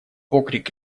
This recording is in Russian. окрик